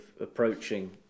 approaching